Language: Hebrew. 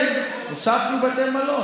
כן, הוספנו בתי מלון.